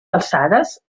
alçades